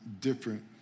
different